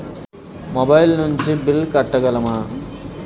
Mobile నుంచి bill కట్టగలమ?